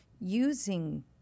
using